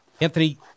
Anthony